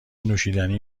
نوشیدنی